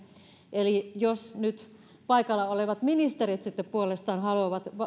eli jos nyt paikalla olevat ministerit puolestaan haluavat